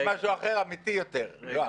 יש משהו אחר, אמיתי יותר, יואב.